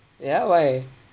yeah why